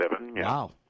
Wow